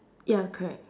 ya correct